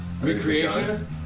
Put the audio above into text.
recreation